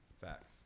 Facts